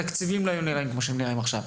והתקציבים לא היו נראים כמו שהם נראים עכשיו.